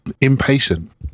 impatient